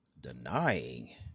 denying